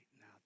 now